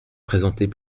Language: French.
présentait